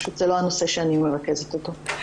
זה לא הנושא שאני מרכזת אותו.